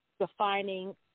defining